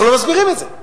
אנחנו לא מסבירים את זה.